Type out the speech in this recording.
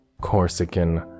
Corsican